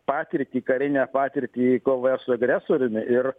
patirtį karinę patirtį kovoje su agresoriumi ir